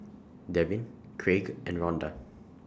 Devyn Craig and Ronda